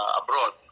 abroad